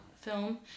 film